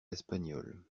espagnoles